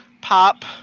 Pop